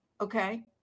Okay